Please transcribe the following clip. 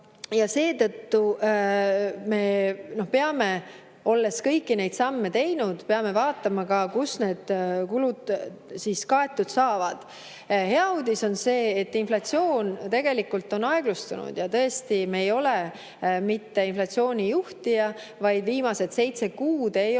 Ja seetõttu me peame, olles kõiki neid samme teinud, vaatama ka, kuidas need kulud siis kaetud saavad. Hea uudis on see, et inflatsioon on tegelikult aeglustunud ja tõesti, me ei ole mitte inflatsiooni juhtija, vaid viimased seitse kuud ei ole